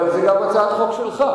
אבל זו גם הצעת חוק שלך,